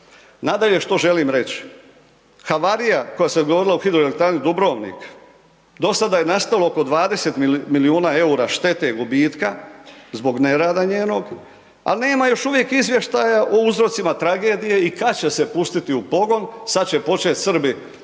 Nadalje, što želim reći havarija koja se dogodila u Hidroelektrani Dubrovnik do sada je nastalo oko 20 milijuna EUR-a štete, gubitka zbog nerada njenog, al nema još uvijek izvještaja o uzrocima tragedije i kad će se pustiti u pogon, sad će počet Srbi odnosno